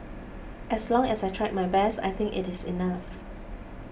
as long as I tried my best I think it is enough